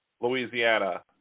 Louisiana